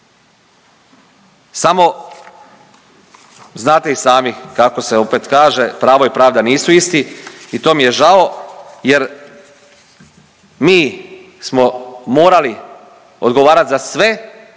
Samo, znate i sami kako se opet kaže, pravo i pravda nisu isti i to mi je žao jer mi smo morali odgovarati za sve